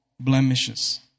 blemishes